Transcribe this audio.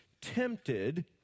tempted